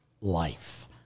life